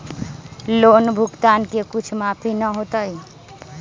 Loan भुगतान में कुछ माफी न होतई?